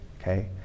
Okay